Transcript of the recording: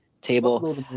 table